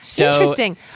Interesting